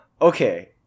Okay